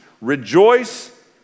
Rejoice